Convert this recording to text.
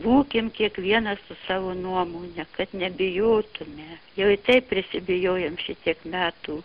būkim kiekvienas su savo nuomone kad nebijotume jau i taip prisibijojom šitiek metų